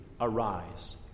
arise